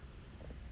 hmm